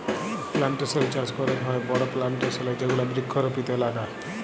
plantation চাস ক্যরেক হ্যয় বড় প্লানটেশল এ যেগুলা বৃক্ষরপিত এলাকা